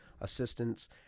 assistance